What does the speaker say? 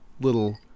little